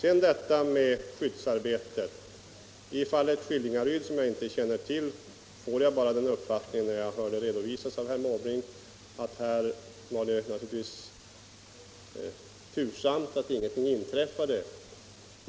I fråga om skyddsarbetet vill jag säga att i fallet Skillingaryd, som jag inte känner till, får jag den uppfattningen, när jag hör fallet redovisas av herr Måbrink, att det naturligtvis var tursamt att ingenting inträffade.